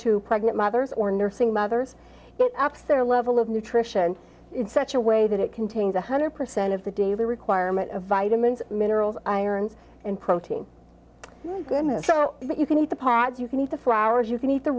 to pregnant mothers or nursing mothers upset or level of nutrition in such a way that it contains one hundred percent of the daily requirement of vitamins minerals iron and protein my goodness so you can eat the pod you can eat the flowers you can eat the